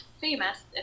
famous